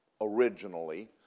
originally